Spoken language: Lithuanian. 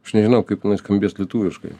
aš nežinau kaip nuskambės lietuviškai